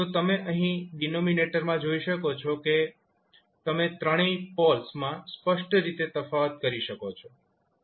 તો તમે અહીં ડિનોમિનેટરમાં જોઈ શકો છો તમે ત્રણેય પોલ્સમાં સ્પષ્ટ રીતે તફાવત કરી શકો છો